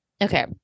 Okay